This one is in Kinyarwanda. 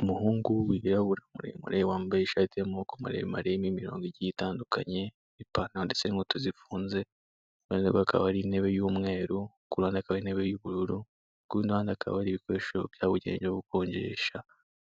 Umuhungu wirabura muremure wambaye ishati y'amaboko maremare irimo imirongo igiye itandukanye ipantaro ndetse n'inkweto zifunze iruhande rwe hakaba hari intebe y'umweru kuruhande hakaba hari intebe y'ubururu kurundi ruhande hakaba hari ibikiresho byabugenewe byo gukonjesha